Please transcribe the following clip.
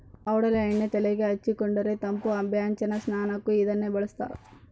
ಔಡಲ ಎಣ್ಣೆ ತೆಲೆಗೆ ಹಚ್ಚಿಕೊಂಡರೆ ತಂಪು ಅಭ್ಯಂಜನ ಸ್ನಾನಕ್ಕೂ ಇದನ್ನೇ ಬಳಸ್ತಾರ